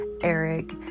Eric